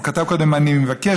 הוא כתב קודם "אני מבקש",